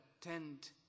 tent